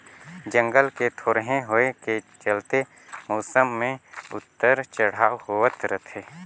जंगल के थोरहें होए के चलते मउसम मे उतर चढ़ाव होवत रथे